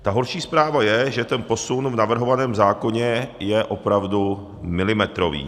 Ta horší zpráva je, že ten posun v navrhovaném zákoně je opravdu milimetrový.